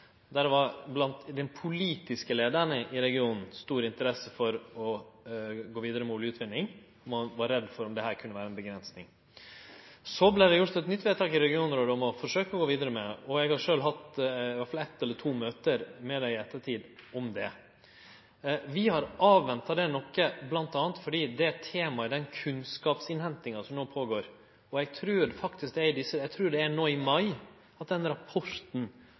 å gå vidare med oljeutvinning, og ein var redd for at dette kunne vere ei avgrensing. Så vart det gjort eit nytt vedtak i regionrådet om å forsøkje å gå vidare. Eg har i ettertid hatt i alle fall eitt eller to møte med dei om det. Vi har avventa det noko, bl.a. på grunn av den kunnskapsinnhentinga som no pågår. Eg trur faktisk det er no i mai den rapporten vi har bestilt om verdsarven – og potensialet der – kjem. Så med litt atterhald: Eg er ikkje heilt oppdatert på timinga, men eg trur eg at